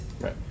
Right